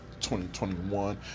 2021